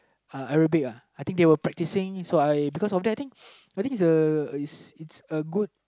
uh Arabic ah I think they was practicing so I because of that I think I think is a is a good